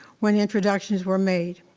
when introductions were made.